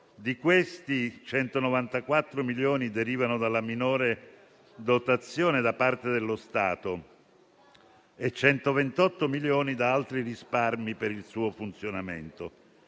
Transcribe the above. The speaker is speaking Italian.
Di questi, 194 milioni derivano dalla minore dotazione da parte dello Stato e 128 milioni da altri risparmi per il suo funzionamento.